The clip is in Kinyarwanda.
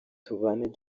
tubane